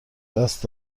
دست